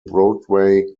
broadway